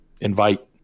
invite